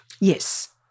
Yes